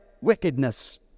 wickedness